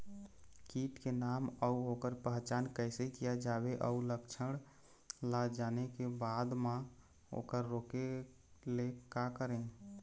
कीट के नाम अउ ओकर पहचान कैसे किया जावे अउ लक्षण ला जाने के बाद मा ओकर रोके ले का करें?